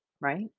right